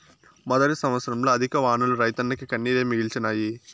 మొదటి సంవత్సరంల అధిక వానలు రైతన్నకు కన్నీరే మిగిల్చినాయి